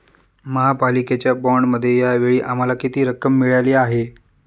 महापालिकेच्या बाँडमध्ये या वेळी आम्हाला किती रक्कम मिळाली आहे?